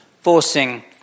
forcing